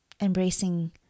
embracing